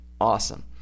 awesome